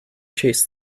chase